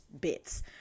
bits